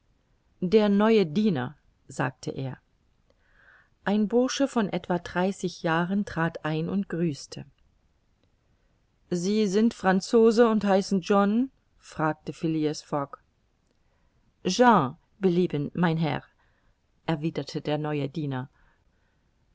der neue diener sagte er ein bursche von etwa dreißig jahren trat ein und grüßte sie sind franzose und heißen john fragte phileas fogg jean belieben mein herr erwiderte der neue diener